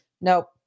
Nope